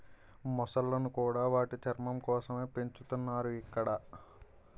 మొసళ్ళను కూడా వాటి చర్మం కోసమే పెంచుతున్నారు ఇక్కడ